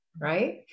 right